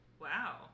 wow